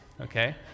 okay